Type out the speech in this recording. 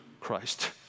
Christ